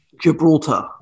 Gibraltar